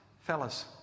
fellas